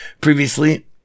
previously